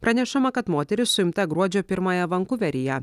pranešama kad moteris suimta gruodžio pirmąją vankuveryje